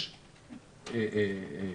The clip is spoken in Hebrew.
יש חוק,